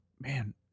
man